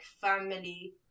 family